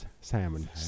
salmon